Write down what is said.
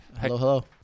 Hello